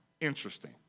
Interesting